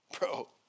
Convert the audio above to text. Bro